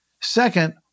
Second